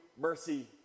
mercy